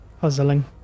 puzzling